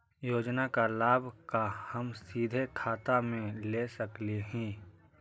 योजना का लाभ का हम सीधे खाता में ले सकली ही?